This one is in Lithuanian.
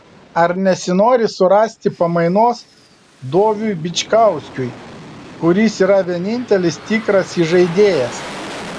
ar nesinori surasti pamainos doviui bičkauskiui kuris yra vienintelis tikras įžaidėjas